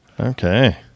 okay